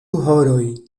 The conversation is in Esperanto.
horoj